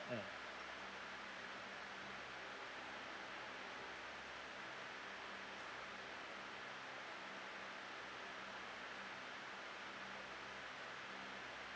mm